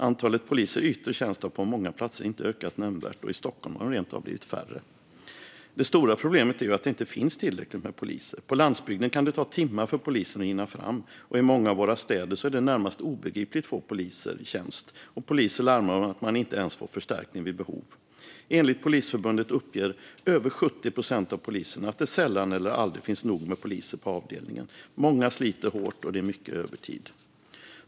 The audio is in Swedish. Antalet poliser i yttre tjänst har på många platser inte ökat nämnvärt, och i Stockholm har de rent av blivit färre. Det stora problemet är att det inte finns tillräckligt med poliser. På landsbygden kan det ta timmar för polisen att hinna fram. I många av våra städer är det närmast obegripligt få poliser i tjänst, och poliser larmar om att de inte ens får förstärkning vid behov. Enligt Polisförbundet uppger över 70 procent av poliserna att det sällan eller aldrig finns nog med poliser på avdelningen. Många sliter hårt, och det är mycket övertid.